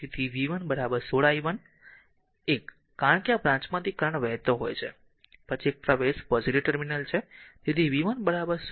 તેથી v 1 16 i 1 કારણ કે આ બ્રાંચમાંથી કરંટ વહેતો હોય છે પછી એક પ્રવેશ પોઝીટીવ ટર્મિનલ છે